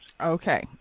Okay